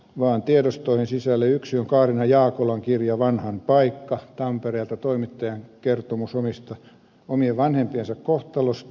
yksi on tampereelta kaarina jaakolan kirja vanhan paikka toimittajan kertomus omien vanhempiensa kohtalosta